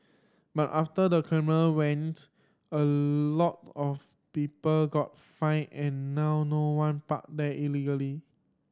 but after the camera went a lot of people got fined and now no one park there illegally